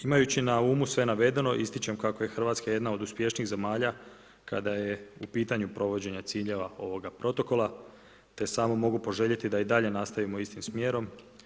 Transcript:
Imajući na umu sve navedeno ističem kako je Hrvatska jedna od uspješnijih zemalja kada je u pitanju provođenje ciljeva ovoga Protokola te samo mogu poželjeti da i dalje nastavimo istim smjerom.